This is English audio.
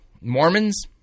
Mormons